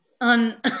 on